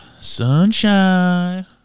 Sunshine